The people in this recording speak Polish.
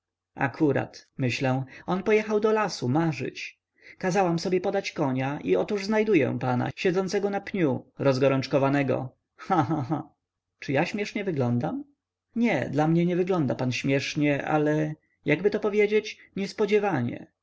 akurat myślę on pojechał do lasu marzyć kazałam sobie podać konia i otóż znajduję pana siedzącego na pniu rozgorączkowanego cha cha cha czy tak śmiesznie wyglądam nie dla mnie nie wygląda pan śmiesznie ale jakby tu powiedzieć niespodziewanie